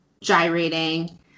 gyrating